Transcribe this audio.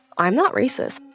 i'm not racist.